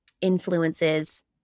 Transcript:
influences